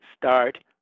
start